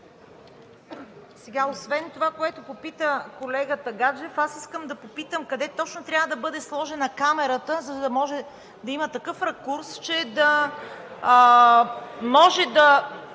Освен това, което попита колегата Гаджев, искам да попитам къде точно трябва да бъде сложена камерата, за да може да има такъв ракурс, че да може да